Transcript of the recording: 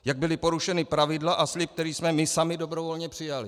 Jak byla porušena pravidla a slib, který jsme my sami dobrovolně přijali.